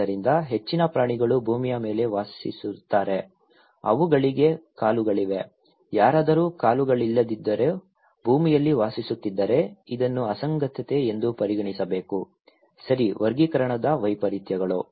ಆದ್ದರಿಂದ ಹೆಚ್ಚಿನ ಪ್ರಾಣಿಗಳು ಭೂಮಿ ಮೇಲೆ ವಾಸಿಸುತ್ತಾರೆ ಅವುಗಳಿಗೆ ಕಾಲುಗಳಿವೆ ಯಾರಾದರೂ ಕಾಲುಗಳಿಲ್ಲದಿದ್ದರೂ ಭೂಮಿಯಲ್ಲಿ ವಾಸಿಸುತ್ತಿದ್ದರೆ ಇದನ್ನು ಅಸಂಗತತೆ ಎಂದು ಪರಿಗಣಿಸಬೇಕು ಸರಿ ವರ್ಗೀಕರಣದ ವೈಪರೀತ್ಯಗಳು